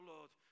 Lord